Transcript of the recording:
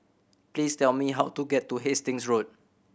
please tell me how to get to Hastings Road